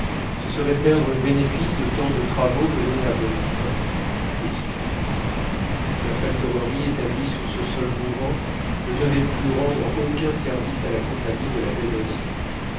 ce serait perdre le bénéfice de tant de travaux menés à bonne fin mais qu'y faire la factorerie établie sur ce sol mouvant ne devait plus rendre aucun service à la compagnie de la baie d'hudson